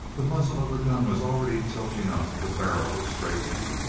the muzzle of the gun was already tilting up, the barrel was straightening.